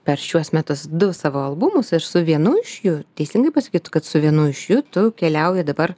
per šiuos metus du savo albumus ir su vienu iš jų teisingai pasakyt kad su vienu iš jų tu keliauja dabar